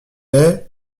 est